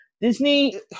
Disney